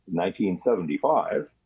1975